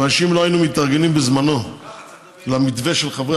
כיוון שאם לא היינו מתארגנים בזמנו למתווה של חברי